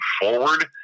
forward